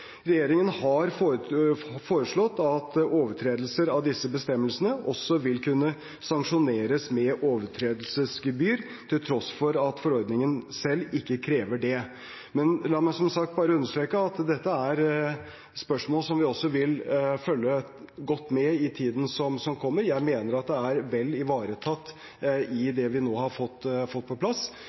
Regjeringen har foreslått at overtredelser av disse bestemmelsene også vil kunne sanksjoneres med overtredelsesgebyr til tross for at forordningen selv ikke krever det. La meg som sagt bare understreke at dette er spørsmål som vi vil følge godt med på i tiden som kommer. Jeg mener at det er vel ivaretatt i det vi nå har fått på plass,